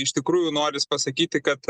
iš tikrųjų noris pasakyti kad